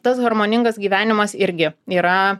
tas harmoningas gyvenimas irgi yra